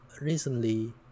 recently